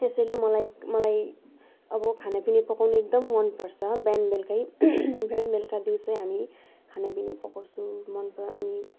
त्यसैले मलाई मलाई अब खानापिना पकाउनु एकदम मन पर्छ बिहान बेलुकै बिहान बेलुका दिउँसो हामी खानापिना पकाउँछौँ मन अनि